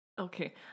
Okay